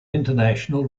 international